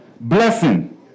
blessing